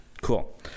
cool